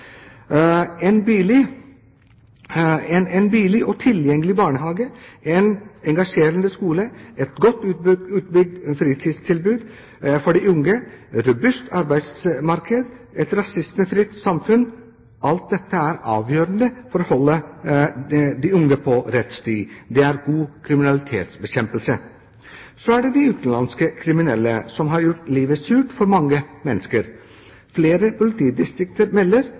var klokt sagt. En billig og tilgjengelig barnehage, en engasjerende skole, et godt utbygd fritidstilbud for de unge, et robust arbeidsmarked, et rasismefritt samfunn – alt dette er avgjørende for å holde de unge på rett sti. Det er god kriminalitetsbekjempelse. Så er det de utenlandske kriminelle, som har gjort livet surt for mange mennesker. Flere politidistrikter melder